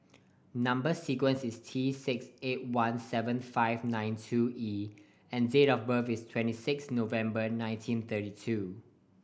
number sequence is T six eight one seven five nine two E and date of birth is twenty six November nineteen thirty two